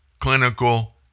clinical